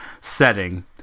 setting